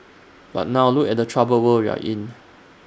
but now look at the troubled world we are in